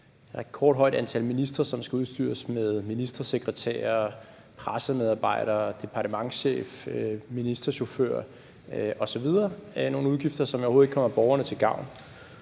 et rekordhøjt antal ministre, som skal udstyres med ministersekretærer, pressemedarbejdere, departementschefer, ministerchauffører osv., altså nogle udgifter, som overhovedet ikke kommer borgerne til gavn.